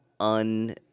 un